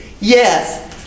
Yes